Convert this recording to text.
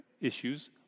issues